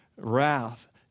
wrath